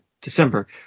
December